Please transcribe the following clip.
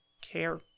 care